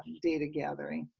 data gathering.